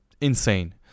insane